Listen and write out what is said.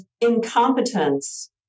incompetence